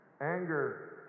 Anger